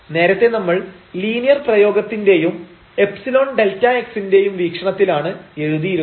നേരത്തെ നമ്മൾ ലീനിയർ പ്രയോഗത്തിന്റെയും ϵΔx ന്റെയും വീക്ഷണത്തിലാണ് എഴുതിയിരുന്നത്